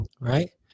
Right